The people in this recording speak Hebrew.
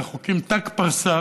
רחוקים ת"ק פרסה